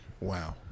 wow